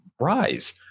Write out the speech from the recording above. rise